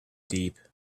deep